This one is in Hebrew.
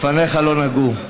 לפניך לא נגעו.